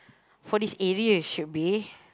for this area should be